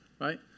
right